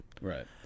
Right